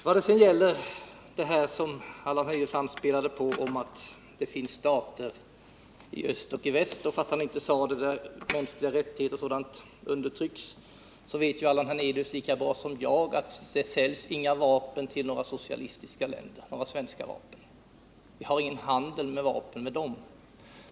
Vad sedan gäller det som Allan Hernelius anspelade på, nämligen att det finns stater i öst och i väst, där — Allan Hernelius sade det inte — mänskliga rättigheter undertrycks, så vet Allan Hernelius lika bra som jag att det inte säljs några svenska vapen till socialistiska länder. Sådan handel förekommer inte med socialistiska länder.